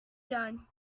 done